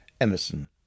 Emerson